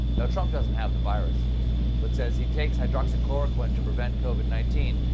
now, trump doesn't have the virus but says he takes hydroxychloroquine to prevent covid nineteen.